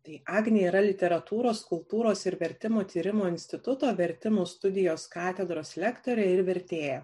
tai agnė yra literatūros kultūros ir vertimų tyrimų instituto vertimų studijos katedros lektorė ir vertėja